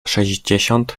sześćdziesiąt